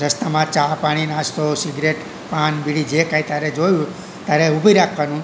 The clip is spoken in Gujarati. રસ્તામાં ચા પાણી નાસ્તો સીગરેટ પાન બીડી જે કાંઇ તારે જોવું તારે ઊભી રાખવાની